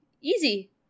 Easy